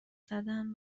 زدن